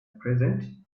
present